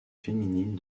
féminines